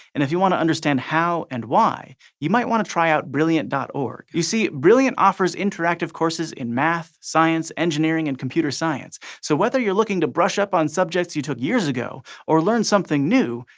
and if you want to understand how and why, you might want to try out brilliant org. you see, brilliant offers interactive courses in math, science, engineering, and computer science. so whether you're looking to brush up on subjects you took years ago or learn something new,